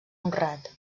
honrat